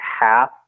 half